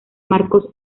marcos